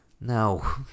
No